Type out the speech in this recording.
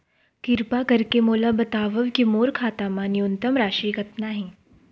किरपा करके मोला बतावव कि मोर खाता मा न्यूनतम राशि कतना हे